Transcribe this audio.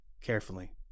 carefully